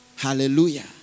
Hallelujah